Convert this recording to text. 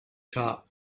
top